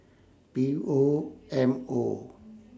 P O M O